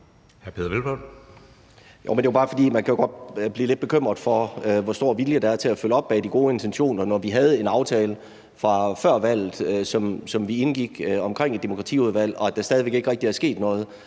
godt kan blive lidt bekymret for, hvor stor vilje der er til at følge op på de gode intentioner, når vi havde en aftale fra før valget, som vi indgik, om et demokratiudvalg og der stadig ikke rigtig er sket noget.